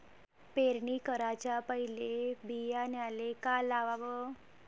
पेरणी कराच्या पयले बियान्याले का लावाव?